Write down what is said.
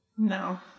No